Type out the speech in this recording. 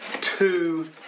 two